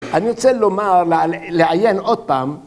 אני רוצה לומר לעיין עוד פעם